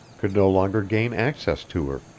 could no longer gain access to her.